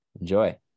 enjoy